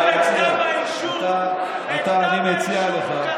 אני מציע לך, תראה מה כתוב בכתב האישום.